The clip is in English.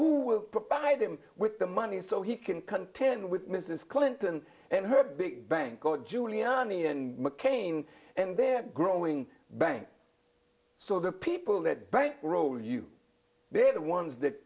who will provide him with the money so he can contend with mrs clinton and her big bank god giuliani and mccain and their growing bank so the people that bankroll you they're the ones that